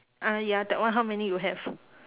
ah ya that one how many you have